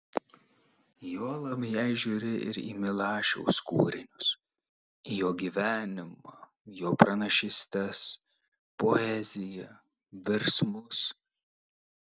juolab jei žiūri ir į milašiaus kūrinius į jo gyvenimą jo pranašystes poeziją virsmus